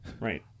right